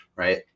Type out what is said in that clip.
right